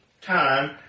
time